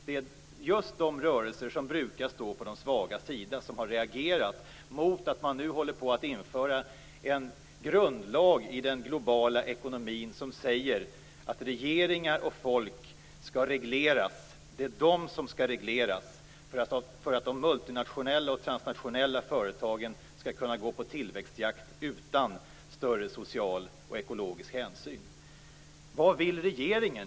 Det är just de rörelser som brukar stå på de svagas sida som har reagerat mot att man nu håller på att införa en grundlag i den globala ekonomin som säger att regeringar och folk skall regleras för att de multinationella och transnationella företagen skall kunna gå på tillväxtjakt utan större social och ekologisk hänsyn. Vad vill regeringen?